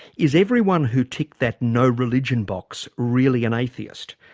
is everyone who ticked that no religion box really an atheist?